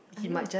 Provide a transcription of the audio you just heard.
I know